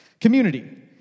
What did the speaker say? Community